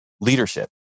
leadership